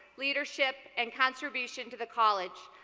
leadership, and contribution to the college.